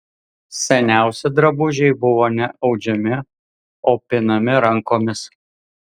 seniausi drabužiai buvo ne audžiami o pinami rankomis